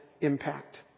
impact